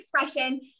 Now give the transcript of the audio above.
expression